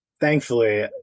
thankfully